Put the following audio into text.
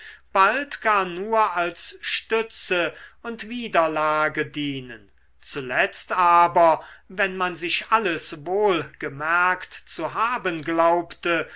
bald gar nur als stütze und widerlage dienen zuletzt aber wenn man sich alles wohl gemerkt zu haben glaubte